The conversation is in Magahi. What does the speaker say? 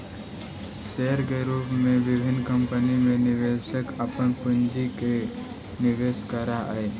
शेयर के रूप में विभिन्न कंपनी में निवेशक अपन पूंजी के निवेश करऽ हइ